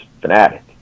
fanatic